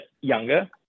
younger